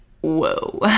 whoa